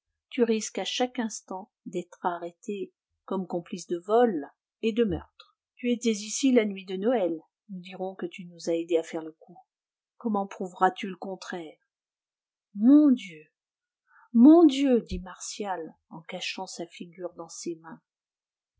tu risques à chaque instant d'être arrêté comme complice de vol et de meurtre tu étais ici la nuit de noël nous dirons que tu nous as aidés à faire le coup comment prouveras tu le contraire mon dieu mon dieu dit martial en cachant sa figure dans ses mains